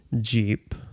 Jeep